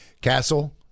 Castle